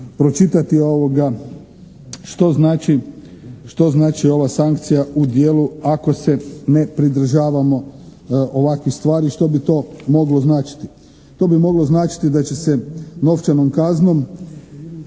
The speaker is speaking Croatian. pročitati što znači ova sankcija u dijelu ako se ne pridržavamo ovakvih stvari što bi to moglo značiti. To bi moglo značiti da će se novčanom kaznom